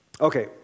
Okay